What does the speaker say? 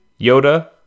Yoda